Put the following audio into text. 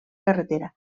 carretera